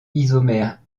isomères